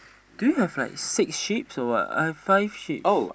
do you have six sheep's or what I have five sheep's